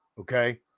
Okay